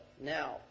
now